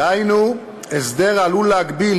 דהיינו הסדר העלול להגביל,